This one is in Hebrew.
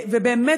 ובאמת,